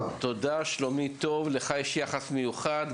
לך יש יחס מיוחד,